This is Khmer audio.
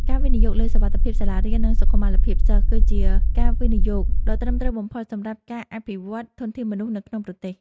ការវិនិយោគលើសុវត្ថិភាពសាលារៀន និងសុខុមាលភាពសិស្ស គឺជាការវិនិយោគដ៏ត្រឹមត្រូវបំផុតសម្រាប់ការអភិវឌ្ឍធនធានមនុស្សនៅក្នុងប្រទេស។